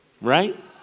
right